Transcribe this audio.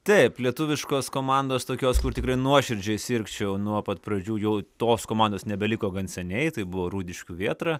taip lietuviškos komandos tokios kur tikrai nuoširdžiai sirgčiau nuo pat pradžių jau tos komandos nebeliko gan seniai tai buvo rūdiškių vėtra